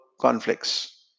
conflicts